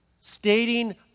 stating